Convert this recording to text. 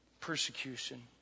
persecution